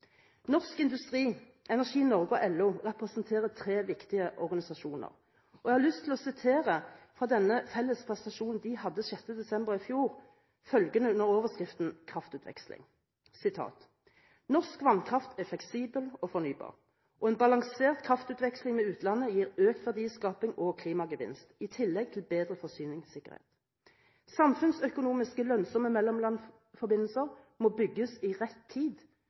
Norsk Industri, Energi Norge og LO representerer tre viktige organisasjoner, og jeg har lyst til å sitere følgende fra den felles presentasjonen de hadde den 6. desember i fjor under overskriften «Kraftutveksling»: «Norsk vannkraft er fleksibel og fornybar, og en balansert kraftutveksling med utlandet gir økt verdiskaping og klimagevinst – i tillegg til forbedret forsyningssikkerhet. Samfunnsøkonomisk lønnsomme mellomlandsforbindelser må bygges i rett tid